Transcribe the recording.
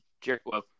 Jericho